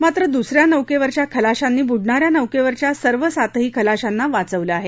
मात्र दुसऱ्या नौकेवरच्या खलाशांनी बुडणाऱ्या नौकेवरच्या सर्व सातही खलाशांना वाचवलं आहे